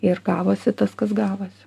ir gavosi tas kas gavosi